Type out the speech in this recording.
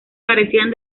carecían